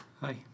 Hi